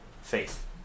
faith